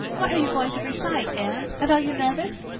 what are you going to recite, anne? and are you nervous?